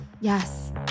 Yes